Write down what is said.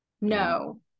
no